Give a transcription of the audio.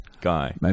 guy